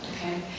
okay